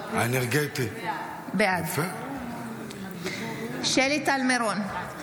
בעד שלי טל מירון,